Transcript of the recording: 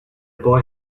boy